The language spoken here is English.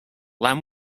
land